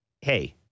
hey